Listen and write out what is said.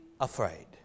afraid